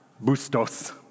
Bustos